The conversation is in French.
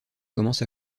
commence